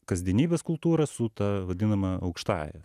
kasdienybės kultūrą su ta vadinama aukštąja